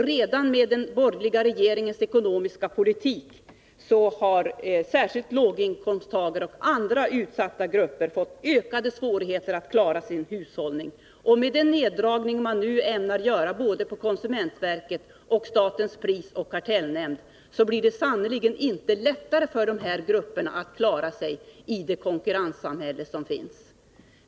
Redan med den borgerliga regeringens hittillsvarande ekonomiska politik har särskilt låginkomsttagare och andra utsatta grupper fått ökade svårigheter att klara sin hushållning, och med den neddragning man nu ämnar göra både på konsumentverket och på statens prisoch kartellnämnd blir det sannerligen inte lättare för de här grupperna att klara sig i det konkurrenssamhälle vi har.